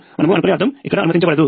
మనము అనుకునే అర్ధం ఇక్కడ అనుమతించబడదు